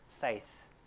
faith